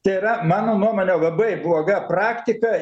tai yra mano nuomone labai bloga praktika